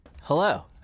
Hello